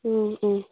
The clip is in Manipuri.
ꯑꯥ ꯑꯥ